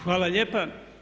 Hvala lijepa.